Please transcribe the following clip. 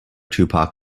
tupac